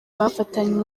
bafatanywe